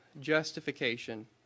justification